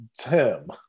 Tim